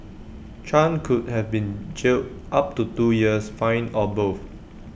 chan could have been jailed up to two years fined or both